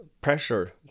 pressure